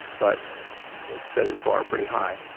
but it's setting the bar pretty high.